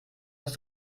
dass